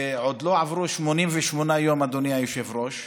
עוד לא עברו 88 יום, אדוני היושב-ראש,